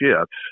shifts